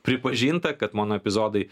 pripažinta kad mano epizodai